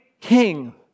king